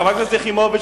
חברת הכנסת יחימוביץ,